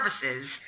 services